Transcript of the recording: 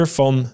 van